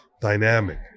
dynamic